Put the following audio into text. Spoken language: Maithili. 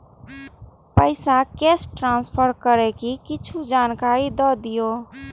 पैसा कैश ट्रांसफर करऐ कि कुछ जानकारी द दिअ